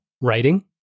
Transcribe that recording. writing